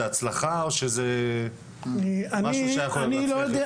זה הצלחה או שזה משהו שהיה יכול להצליח יותר?